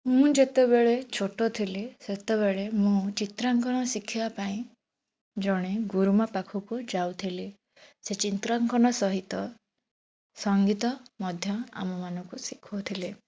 ମୁଁ ଯେତେବେଳେ ଛୋଟ ଥିଲି ସେତେବେଳେ ମୁଁ ଚିତ୍ରାଙ୍କନ ଶିଖିବା ପାଇଁ ଜଣେ ଗୁରୁମା ପାଖକୁ ଯାଉଥିଲି ସେ ଚିତ୍ରାଙ୍କନ ସହିତ ସଙ୍ଗୀତ ମଧ୍ୟ ଆମମାନଙ୍କୁ ଶିଖାଉଥିଲେ